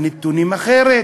הנתונים אחרים.